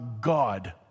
God